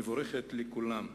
מבורכת לכולם.